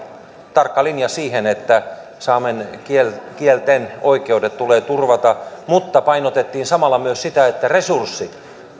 tarkka linja siihen että saamen kielten oikeudet tulee turvata mutta painotettiin samalla myös sitä että resurssien